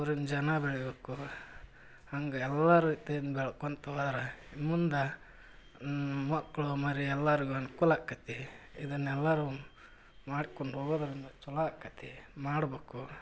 ಊರಿನ ಜನ ಬೆಳಿಬೇಕು ಹಂಗೆ ಎಲ್ಲ ರೀತಿಯಿಂದ ಬೆಳ್ಕೊತ ಹೋದ್ರ ಮುಂದೆ ಮಕ್ಕಳು ಮರಿ ಎಲ್ಲರಿಗೂ ಅನುಕೂಲಾಕ್ಕತ್ತಿ ಇದನ್ನೆಲ್ಲರೂ ಮಾಡ್ಕೊಂಡು ಹೋದ್ರಂದ್ರ ಚಲೋ ಆಕ್ಕತ್ತಿ ಮಾಡ್ಬೇಕು